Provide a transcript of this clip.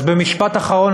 אז במשפט אחרון,